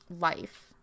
life